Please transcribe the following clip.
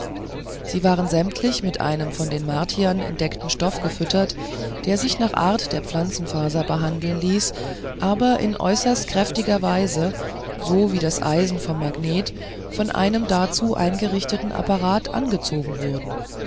sie waren sämtlich mit einem von den martiern entdeckten stoff gefüttert der sich nach art der pflanzenfaser behandeln ließ aber in äußerst kräftiger weise so wie das eisen vom magnet von einem dazu eingerichteten apparat angezogen wurde